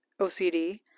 OCD